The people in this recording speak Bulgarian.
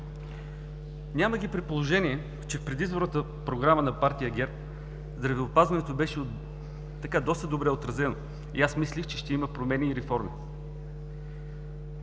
Няма ги, при положение че в предизборната програма на партия ГЕРБ здравеопазването беше доста добре отразено и аз мислех, че ще има промени и реформи.